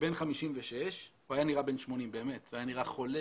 בן 56, הוא היה נראה בן 80, באמת, היה נראה חולה,